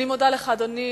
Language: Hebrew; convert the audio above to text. אני מודה לך, אדוני.